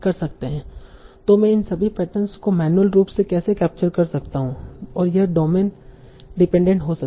तो मैं इन सभी पैटर्नस को मैन्युअल रूप से कैसे कैप्चर कर सकता हूं और यह डोमेन डिपेंडेंट हो सकता है